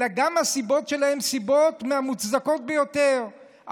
אלא גם הסיבות שלהם הן סיבות מהמוצדקות ביותר.